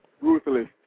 Ruthless